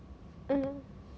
mmhmm